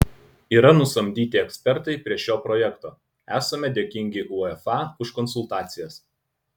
yra nusamdyti ekspertai prie šio projekto esame dėkingi uefa už konsultacijas